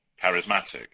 charismatic